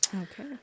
Okay